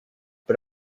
but